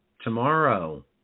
tomorrow